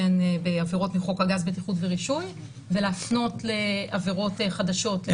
שהן עבירות מחוק הגז בטיחות ורישוי ולהפנות לעבירות חדשות.